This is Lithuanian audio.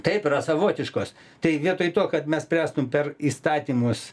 taip yra savotiškos tai vietoj to kad mes spręstum per įstatymus